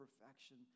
perfection